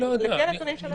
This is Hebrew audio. לפי הנתונים שלנו